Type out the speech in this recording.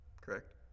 Correct